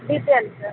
B P L sir